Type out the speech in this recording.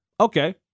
Okay